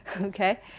okay